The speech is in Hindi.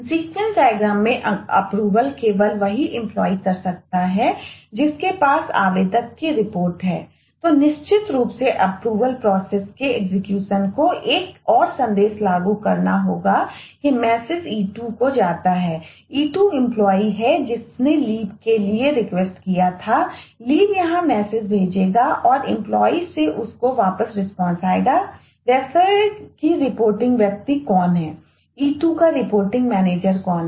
सीक्वेंस डायग्राम व्यक्ति कौन हैE2 का रिपोर्टिंग मैनेजर कौन है